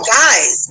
guys